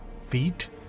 feet